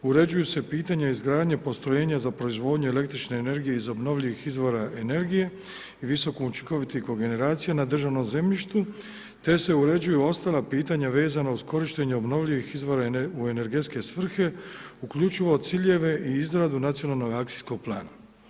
Uređuju se pitanja izgradnje postrojenja za proizvodnju električne energije iz obnovljivih izvora energije i visoko učinkovitih kogeneracija na državnom zemljištu te se uređuju ostala pitanja vezana uz korištenje obnovljenih izvora u energetske svrhe uključivo ciljeve i izradu nacionalnog akcijskog plana.